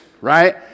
right